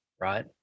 right